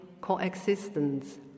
coexistence